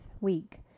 week